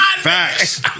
Facts